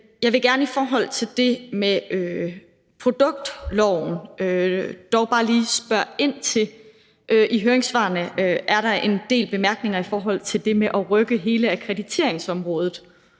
Jeg vil dog gerne i forhold til det med produktloven bare lige spørge ind til, at der i høringssvarene er en del bemærkninger i forhold til det med også at rykke hele akkrediteringsområdet